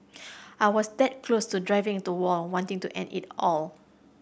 I was that close to driving into wall wanting to end it all